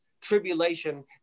tribulation